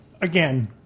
again